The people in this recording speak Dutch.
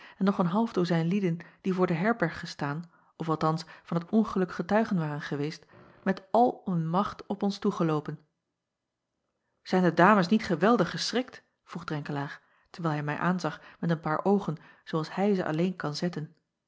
en nog een half dozijn lieden die voor de herberg gestaan of althans van t ongeluk getuigen waren geweest met al hun macht op ons toegeloopen ijn de ames niet geweldig geschrikt vroeg renkelaer terwijl hij mij aanzag met een paar oogen zoo als hij ze alleen kan zetten